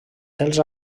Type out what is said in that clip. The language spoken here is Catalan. dels